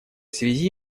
связи